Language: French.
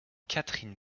catherine